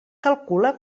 calcula